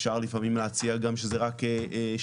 אפשר לפעמים להציע גם שזה רק שעה,